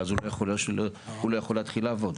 ואז הוא לא יכול להתחיל לעבוד.